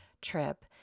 trip